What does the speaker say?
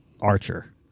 Archer